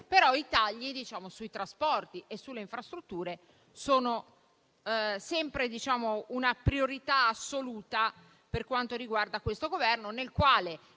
Però, i tagli sui trasporti e sulle infrastrutture sono sempre una priorità assoluta per questo Governo, nel quale